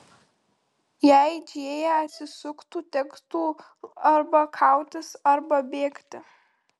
jei džėja atsisuktų tektų arba kautis arba bėgti